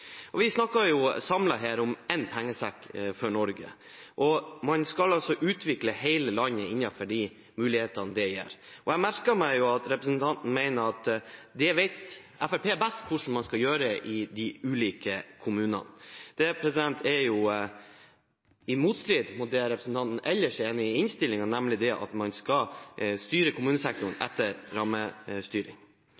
tilbudet? Vi snakker her om én pengesekk for Norge, og man skal altså utvikle hele landet innenfor de mulighetene det gir. Jeg merket meg at representanten mener at Fremskrittspartiet vet best hvordan man skal gjøre det i de ulike kommunene. Det står jo i motstrid til det representanten ellers er enig i i innstillingen, nemlig at man skal styre kommunesektoren